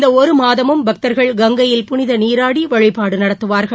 இந்த ஒரு மாதமும் பக்தர்கள் கங்கையில புனித நீராடி வழிபாடு நடத்துவார்கள்